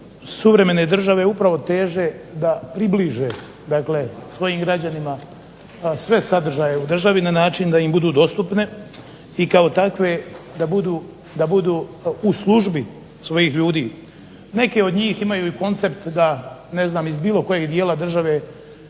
suvremene države upravo teže da približe dakle svojim građanima sve sadržaje u državi na način da im budu dostupne i kao takve da budu u službi svojih ljudi. Neke od njih imaju i koncept da iz bilo kojeg dijela države